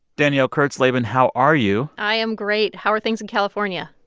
danielle kurtzleben, how are you? i am great. how are things in california?